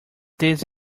this